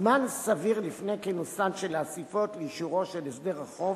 זמן סביר לפני כינוסן של האספות לאישורו של הסדר החוב,